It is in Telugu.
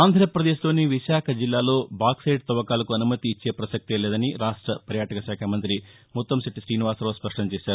ఆంధ్రప్రదేశ్లోని విశాఖపట్టణం జిల్లాలో బాక్పెట్ తవ్వకాలకు అనుమతి ఇచ్చే ప్రసక్తే లేదని రాష్ట్ర పర్యాటకశాఖ మంత్రి ముత్తంశెట్టి శీనివాసరావు స్పష్టం చేశారు